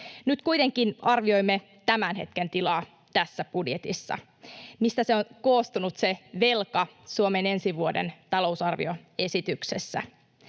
Nyt kuitenkin arvioimme tämän hetken tilaa tässä budjetissa: mistä se velka on koostunut Suomen ensi vuoden talousarvioesityksessä.